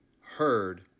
heard